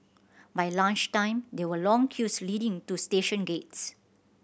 by lunch time there were long queues leading to station gates